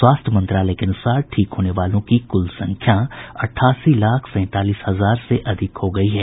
स्वास्थ्य मंत्रालय के अनुसार ठीक होने वालों की कुल संख्या अठासी लाख सैंतालीस हजार से अधिक हो गई है